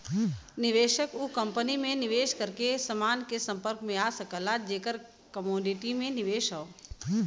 निवेशक उ कंपनी में निवेश करके समान के संपर्क में आ सकला जेकर कमोडिटी में निवेश हौ